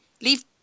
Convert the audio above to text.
leave